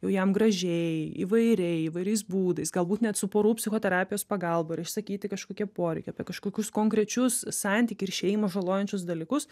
jau jam gražiai įvairiai įvairiais būdais galbūt net su porų psichoterapijos pagalba ir išsakyti kažkokie poreikiai apie kažkokius konkrečius santykį ir šeimą žalojančius dalykus